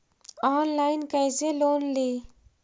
Online कैसे loan ली?